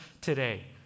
today